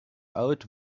out